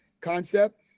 concept